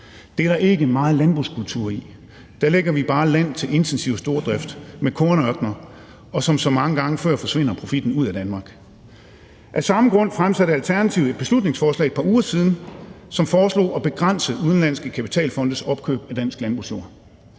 Det er der ikke meget landbrugskultur i, og der lægger vi bare land til en intensiv stordrift med kornørkener, og som så mange gange før forsvinder profitten ud af Danmark. Af samme grund fremsatte Alternativet for et par uger siden et beslutningsforslag, hvor vi foreslog at begrænse udenlandske kapitalfondes opkøb af dansk landbrugsjord.